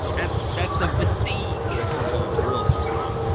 and so that's of the sea. that comes on real strong.